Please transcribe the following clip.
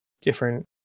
different